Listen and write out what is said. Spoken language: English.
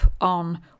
on